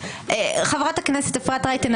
חברת הכנסת אפרת רייטן,